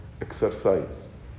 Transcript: exercise